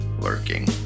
lurking